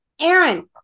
Aaron